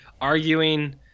arguing